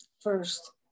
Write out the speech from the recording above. first